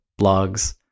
blogs